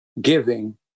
giving